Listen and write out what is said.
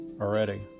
already